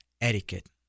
etiquette